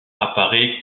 apparaît